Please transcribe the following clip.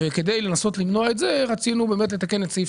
כדי לנסות למנוע את זה רצינו לתקן את סעיף